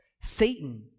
Satan